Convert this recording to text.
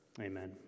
amen